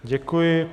Děkuji.